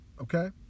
okay